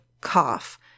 cough